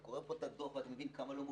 אתה קורא את הדוח ואתה מבין כמה לא מופנים,